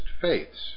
faiths